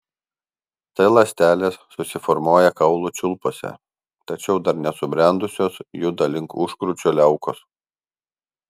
t ląstelės susiformuoja kaulų čiulpuose tačiau dar nesubrendusios juda link užkrūčio liaukos